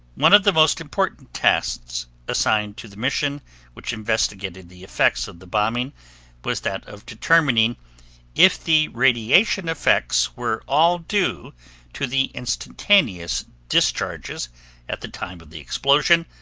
one of the most important tasks assigned to the mission which investigated the effects of the bombing was that of determining if the radiation effects were all due to the instantaneous discharges at the time of the explosion,